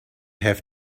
have